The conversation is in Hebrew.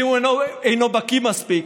ואם הוא אינו בקי מספיק,